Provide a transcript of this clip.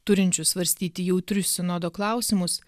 turinčių svarstyti jautrius sinodo klausimus